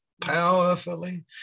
powerfully